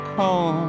home